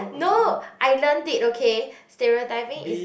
no I learned it okay stereotyping is